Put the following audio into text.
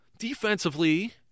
Defensively